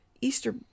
Easter